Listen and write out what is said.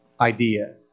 idea